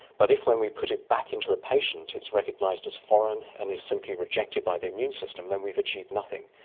but if when we put it back into a patient it's recognised as foreign and is simply rejected by the immune system then we've achieved nothing.